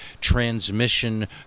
transmission